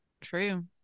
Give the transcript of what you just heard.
true